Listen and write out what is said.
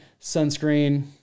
sunscreen